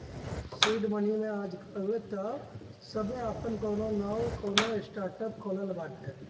seed money में आजकाल तअ सभे आपन कवनो नअ कवनो स्टार्टअप खोलत बाटे